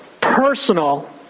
personal